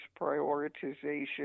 prioritization